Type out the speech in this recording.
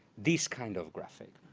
this kind of graphic.